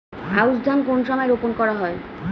আউশ ধান কোন সময়ে রোপন করা হয়?